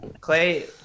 clay